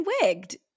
wigged